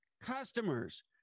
customers